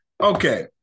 Okay